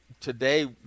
today